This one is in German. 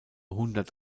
hundert